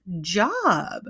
job